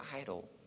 idol